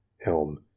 Helm